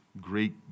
great